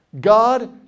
God